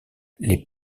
les